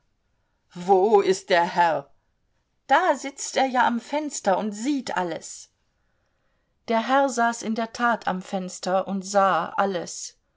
wo ist der herr da sitzt er ja am fenster und sieht alles der herr saß in der tat am fenster und sah alles